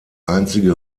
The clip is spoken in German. einzige